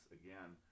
again